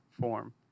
form